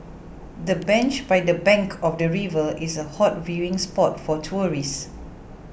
the bench by the bank of the river is a hot viewing spot for tourists